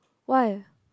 why